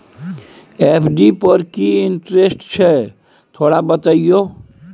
FD पर की interest छय थोरा बतईयो?